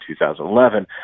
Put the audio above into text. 2011